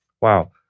Wow